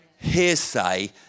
hearsay